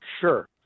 Sure